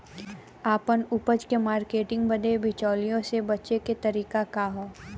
आपन उपज क मार्केटिंग बदे बिचौलियों से बचे क तरीका का ह?